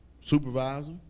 supervisor